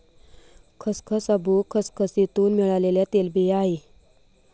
खसखस अफू खसखसीतुन मिळालेल्या तेलबिया आहे